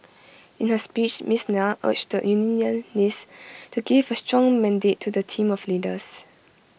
in her speech miss Nair urged the unionists to give A strong mandate to the team of leaders